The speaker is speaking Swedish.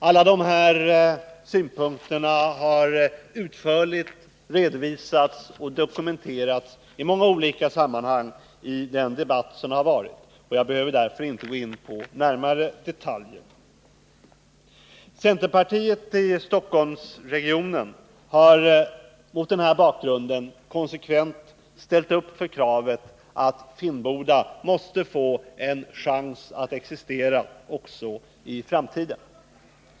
Alla dessa synpunkter har utförligt redovisats och dokumenterats i många olika sammanhang i den debatt som har förts. Jag behöver därför inte gå in på närmare detaljer. Centerpartiet i Stockholmsregionen har mot denna bakgrund konsekvent Nr 165 ställt upp för kravet på att Finnboda måste få en chans att existera också i framtiden.